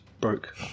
broke